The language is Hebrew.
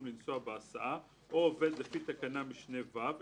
לנסוע בהסעה או עובד לפי תקנת משנה (ו),